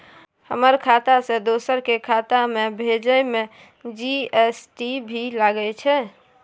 हमर खाता से दोसर के खाता में भेजै में जी.एस.टी भी लगैछे?